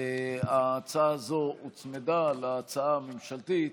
ההצעה הזו הוצמדה להצעה הממשלתית,